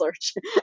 search